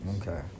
Okay